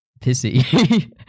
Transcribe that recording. pissy